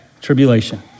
Tribulation